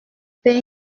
père